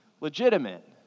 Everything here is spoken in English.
legitimate